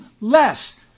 less